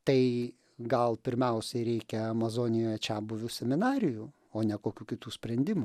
tai gal pirmiausiai reikia amazonijoj čiabuvių seminarijų o ne kokių kitų sprendimų